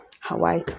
Hawaii